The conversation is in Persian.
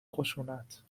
خشونت